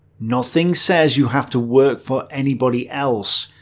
nothing says you have to work for anybody else.